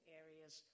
areas